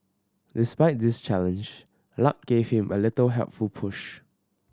despite this challenge luck gave him a little helpful push